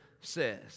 says